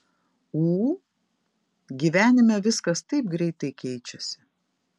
ū gyvenime viskas taip greitai keičiasi